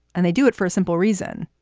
and they do it for a simple reason.